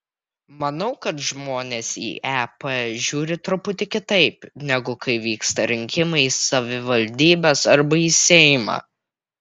manau kad žmonės į ep žiūri truputį kitaip negu kai vyksta rinkimai į savivaldybes arba į seimą